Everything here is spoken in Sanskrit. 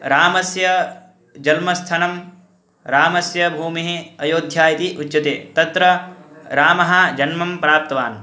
रामस्य जन्मस्थानं रामस्य भूमिः अयोध्या इति उच्यते तत्र रामः जन्म प्राप्तवान्